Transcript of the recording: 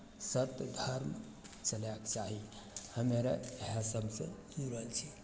सत्य धर्म चलयके चाही हमे अर इएह सभसँ जुड़ल छी